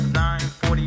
940